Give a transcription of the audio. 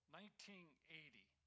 1980